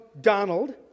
Donald